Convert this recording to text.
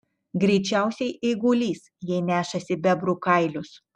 greičiausiai eigulys jei nešasi bebrų kailius